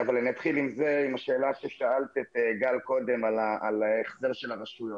אבל אני אתחיל עם השאלה ששאלת את גל קודם על ההחזר של הרשויות.